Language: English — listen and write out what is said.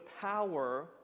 power